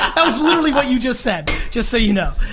that was literally what you just said. just so you know.